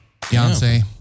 Beyonce